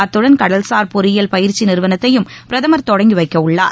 அத்துடன் கடல்சார் பொறியியல் பயிற்சிநிறுவனத்தையும் பிரதமர் தொடங்கிவைக்கவுள்ளார்